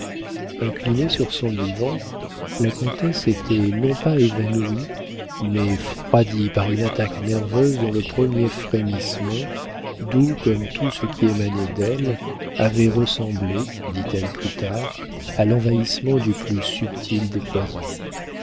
inclinée sur son divan la comtesse était non pas évanouie mais froidie par une attaque nerveuse dont le premier frémissement doux comme tout ce qui émanait d'elle avait ressemblé dit-elle plus tard à l'envahissement du plus subtil des poisons